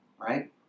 right